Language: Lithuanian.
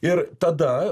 ir tada